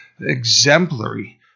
exemplary